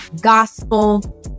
gospel